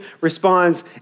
responds